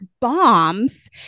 bombs